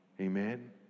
Amen